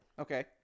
Okay